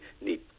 need